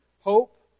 hope